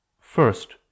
First